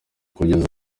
kugeza